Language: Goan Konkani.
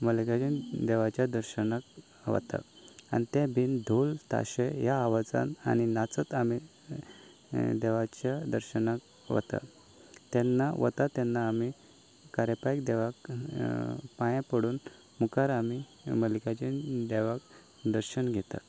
मल्लिकार्जून देवाच्या दर्शनाक वता आनी ते बीन ढोल ताशें ह्या आवाजान आनी नाचत आमी देवाच्या दर्शनाक वतात तेन्ना वतात तेन्ना आमी घारापाय देवाक पांये पडून मुखार आमी मल्लिकार्जून देवाक देर्शन घेतात